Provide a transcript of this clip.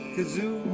Kazoo